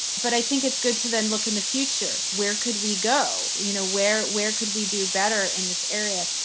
but i think it's good to then look in the future. where could we go? you know where where could we do better in this area?